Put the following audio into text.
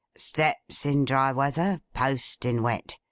steps in dry weather. post in wet.